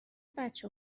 بچه